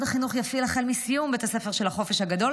החינוך יפעיל החל מסיום בית הספר של החופש הגדול